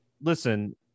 listen